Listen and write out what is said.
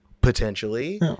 potentially